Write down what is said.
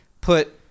put